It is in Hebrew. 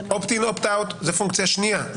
opt in, opt out זה פונקציה שנייה.